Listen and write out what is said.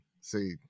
See